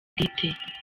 bwite